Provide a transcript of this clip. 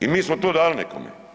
I mi smo to dali nekome.